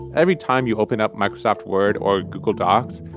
every time you open up microsoft word or google docs,